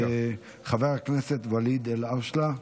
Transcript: חבר הכנסת וליד אלהואשלה,